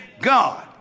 God